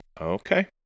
Okay